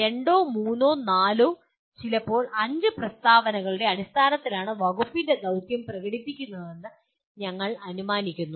രണ്ടോ മൂന്നോ നാലോ ചിലപ്പോൾ അഞ്ച് പ്രസ്താവനകളുടെ അടിസ്ഥാനത്തിലാണ് വകുപ്പിന്റെ ദൌത്യം പ്രകടിപ്പിക്കുന്നതെന്ന് ഞങ്ങൾ അനുമാനിക്കുന്നു